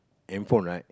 hand phone right